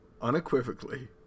unequivocally